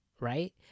right